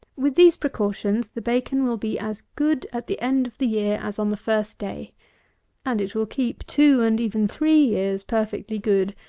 with these precautions, the bacon will be as good at the end of the year as on the first day and it will keep two, and even three years, perfectly good,